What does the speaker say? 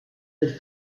del